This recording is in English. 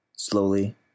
Slowly